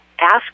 Ask